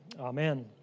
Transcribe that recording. Amen